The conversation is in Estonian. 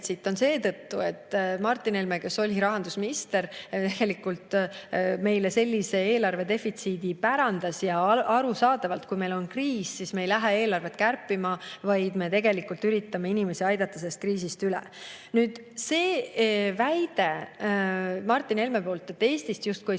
on seetõttu, et Martin Helme, kes oli rahandusminister, tegelikult meile sellise eelarvedefitsiidi pärandas. Ja arusaadavalt, kui meil on kriis, siis me ei lähe eelarvet kärpima, vaid me tegelikult üritame inimesi aidata sellest kriisist üle. Nüüd, see väide Martin Helme poolt, et Eestist justkui